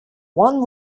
one